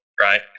right